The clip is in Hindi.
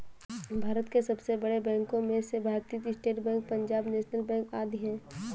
भारत के सबसे बड़े बैंको में से भारतीत state bank, Punjab national bank आदि है